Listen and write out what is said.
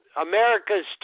America's